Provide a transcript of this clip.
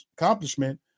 accomplishment